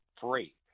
free